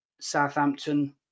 Southampton